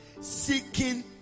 seeking